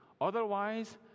Otherwise